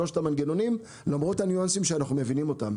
שלושת המנגנונים למרות הניואנסים שאנחנו מבינים אותם.